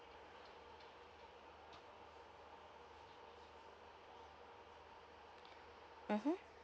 mmhmm